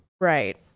right